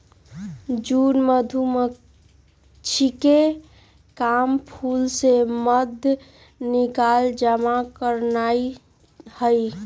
जन मधूमाछिके काम फूल से मध निकाल जमा करनाए हइ